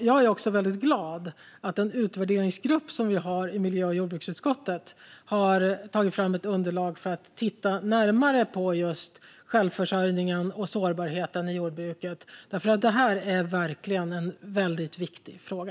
Jag är glad att den utvärderingsgrupp som vi har i miljö och jordbruksutskottet har tagit fram ett underlag för att titta närmare på just självförsörjningen och sårbarheten i jordbruket, för det är verkligen en väldigt viktig fråga.